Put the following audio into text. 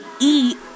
eat